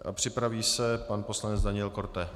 A připraví se pan poslanec Daniel Korte.